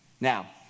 Now